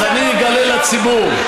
אז אני אגלה לציבור.